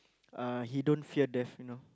uh he don't fear death you know